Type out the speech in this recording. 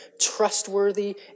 trustworthy